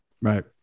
Right